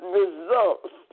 results